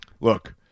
Look